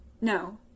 No